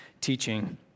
teaching